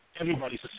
everybody's